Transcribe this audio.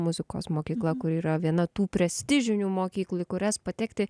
muzikos mokykla kur yra viena tų prestižinių mokyklų į kurias patekti